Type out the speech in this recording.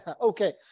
okay